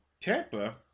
Tampa